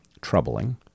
troubling